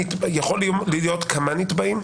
יכולים להיות כמה נתבעים?